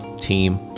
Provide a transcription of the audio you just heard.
team